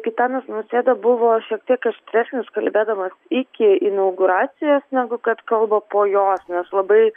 gitanas nausėda buvo šiek tiek aštresnis kalbėdamas iki inauguracijos negu kad kalba po jos nes labai